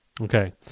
Okay